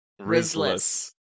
Rizless